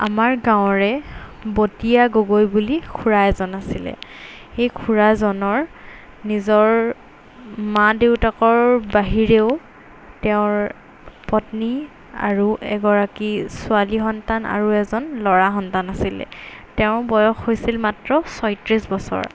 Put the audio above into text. আমাৰ গাঁৱৰে বতীয়া গগৈ বুলি খুৰা এজন আছিলে সেই খুৰাজনৰ নিজৰ মা দেউতাকৰ বাহিৰেও তেওঁৰ পত্নী আৰু এগৰাকী ছোৱালী সন্তান আৰু এজন ল'ৰা সন্তান আছিলে তেওঁ বয়স হৈছিল মাত্ৰ ছয়ত্ৰিছ বছৰ